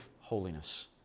holiness